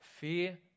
Fear